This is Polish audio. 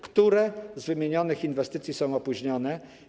Które z wymienionych inwestycji są opóźnione?